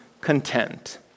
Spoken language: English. content